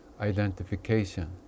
identification